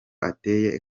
ateye